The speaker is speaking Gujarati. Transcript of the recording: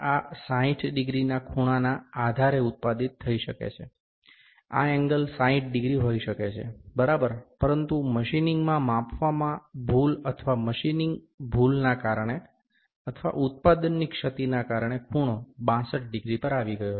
આ 60 ડિગ્રીના ખૂણાના આધારે ઉત્પાદિત થઈ શકે છે આ એન્ગલ 60 ડિગ્રી હોઇ શકે છે બરાબર પરંતુ મશીનિંગમાં માપવામાં ભૂલ અથવા મશીનીંગ ભૂલના કારણે અથવા ઉત્પાદનની ક્ષતિને કારણે ખૂણો 62 ડિગ્રી પર આવી ગયો છે